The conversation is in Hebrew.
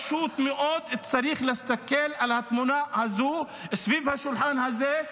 צריך להסתכל על התמונה הזאת, סביב השולחן הזה,